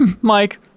Mike